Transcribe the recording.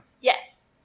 Yes